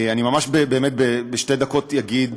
אני ממש בשתי דקות אגיד,